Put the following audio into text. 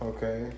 Okay